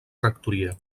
rectoria